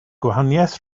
gwahaniaeth